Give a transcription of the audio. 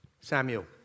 Samuel